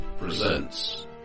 presents